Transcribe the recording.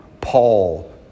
Paul